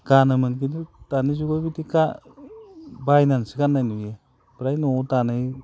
गानोमोन खिन्थु दानि जुगाव बिदि बायनानैसो गाननाय नुयो आमफ्राय न'आव दानाय